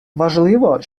важливо